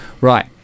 Right